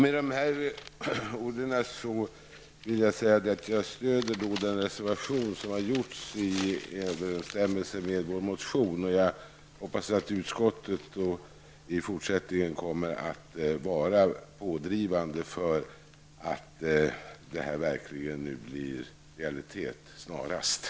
Med dessa ord vill jag säga att jag stöder den reservation som avgivits i överensstämmelse med vår motion. Jag hoppas att utskottet i fortsättningen kommer att vara pådrivande för att förslaget snarast skall bli en realitet.